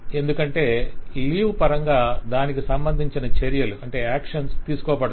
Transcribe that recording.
ఎందుకంటే లీవ్ పరంగా దానికి సంబంధించిన చర్యలు తీసుకోబడతాయి